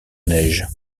neige